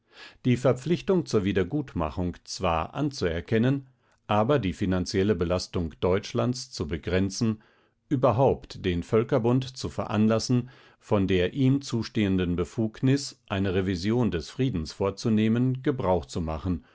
die verpflichtung zur wiedergutmachung zwar anzuerkennen aber die finanzielle belastung deutschlands zu begrenzen überhaupt den völkerbund zu veranlassen von der ihm zustehenden befugnis eine revision des friedens vorzunehmen gebrauch zu machen